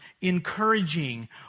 encouraging